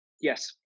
Yes